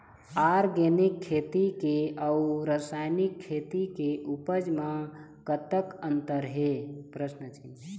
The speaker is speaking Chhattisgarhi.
ऑर्गेनिक खेती के अउ रासायनिक खेती के उपज म कतक अंतर हे?